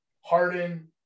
Harden